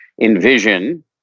envision